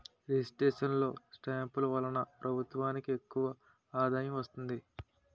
registration లో స్టాంపులు వలన ప్రభుత్వానికి ఎక్కువ ఆదాయం వస్తుంది